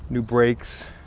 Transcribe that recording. new brakes,